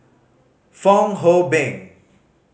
Fong Hoe Beng